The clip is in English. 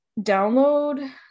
download